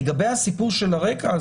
לגבי הסיפור של הרקע,